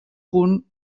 punt